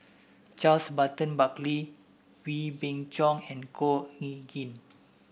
Charles Burton Buckley Wee Beng Chong and Khor Ean Ghee